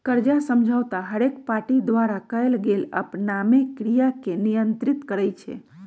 कर्जा समझौता हरेक पार्टी द्वारा कएल गेल आपनामे क्रिया के नियंत्रित करई छै